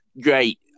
great